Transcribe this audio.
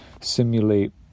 simulate